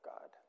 God